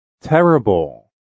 terrible